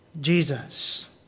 Jesus